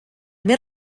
més